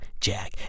Jack